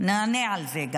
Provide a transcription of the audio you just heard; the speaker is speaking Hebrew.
נענה גם על זה.